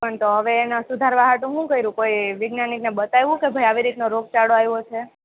પણ તો હવે એનો સુધારવા માટે શું કર્યું કોઈ વિજ્ઞાનિકને બતાવ્યું કે ભાઈ આવી રીતનો રોગચાળો આવ્યો છે